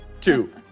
two